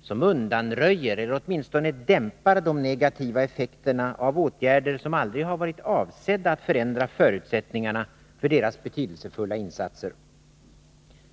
som undanröjer eller åtminstone dämpar de negativa effekterna av åtgärder som aldrig varit avsedda att förändra förutsättningarna för deras betydelsefulla insatser.